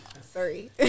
Sorry